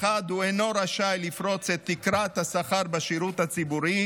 מחד גיסא הוא אינו רשאי לפרוץ את תקרת השכר בשירות הציבורי,